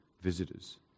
visitors